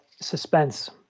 suspense